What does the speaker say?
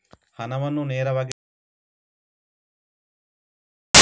ಹಣವನ್ನು ನೇರವಾಗಿ ಡ್ರಾ ಮಾಡಲು ಪಾವತಿಸುವವರಿಗೆ ಅಧಿಕಾರ ನೀಡಲಾಗಿದೆ